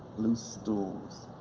loose stools,